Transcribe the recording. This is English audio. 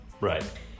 Right